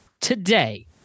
today